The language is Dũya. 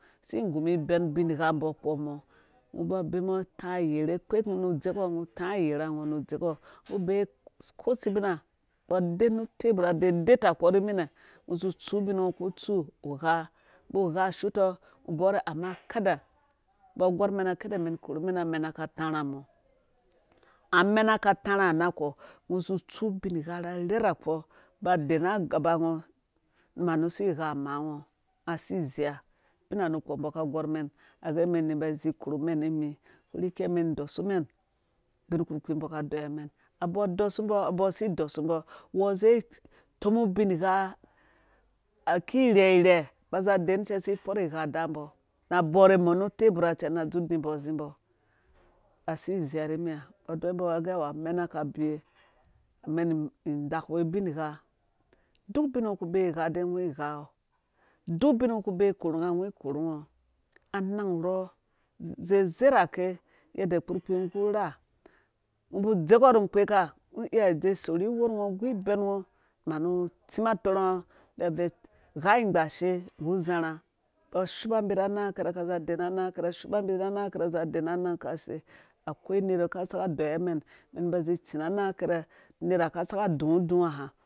Si igumum ibɛn ubinghambɔ kpoɔ mɔ ungo uba ubemɔ ungo utai ayɛrhe kpeku nu udzekɔ nu utoi ayɛrhengo nu udze kɔ ungo ubee ko sebina umbo aden nu ute. bura udedetakpɔ riminɛ ungo uzu utsu ubinngo itsu ugha ungo usutɔ bure ama kade umɛn ikorumɛn amɛn katarha mɔ amɛna katarha nako ungo uzu utsu ubingha rhɛrhɛkpɔ ba inden na gaba ungo manu si igha maango unaga si izea ubina nu kpɔ umbɔ aka agorumɛn agɛ umɛn iniba izi ikorumɛn nimi kuri kɛi umɛn idɔ. sumɛn ubin kpurkpi umbɔ aka adeyiwa umɛn abɔɔ dɔsumbɔ abɔɔ si idɔsumbɔ uwɔɔ zi itomu ubingha ki irhɛrhɛ ba aza. aden cɛ si. forh highaa dambɔ na abore mɔ nu utebura cɛ na adzurh udimbɔ azimbɔ asi izea rimi ha umbɔ agɛ awu amɛna kabewe umɛn undakuwe ubingha duk ubingo kubee ighaa dai ungo ighuaɔ duk ubinngo kubee ikorunga ungo ikorungo anang urhɔ zezerake yede kpurkpi ungo ki irha ungo uba udzekɔ ru unkpeka ungo iya dze usorii iyorngo igu ibɛn ungo manu utsim atorha ngo ubvui ugha ingbaashe nggu uzarha umbɔ ashiba umbi ra anang akɛrɛ shiba umbi ra anang akɛrɛ ka za adena na anag kɛrɛ shiba umbi ra anang kasei ikwo unera ka saka adeyiwa umɛn umɛn iba izi itsi na anang akɛrɛ unera ka saka adũwũ udũ wã hã